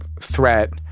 threat